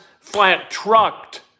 flat-trucked